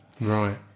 Right